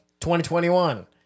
2021